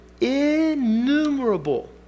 innumerable